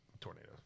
Tornado